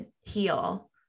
heal